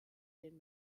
den